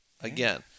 again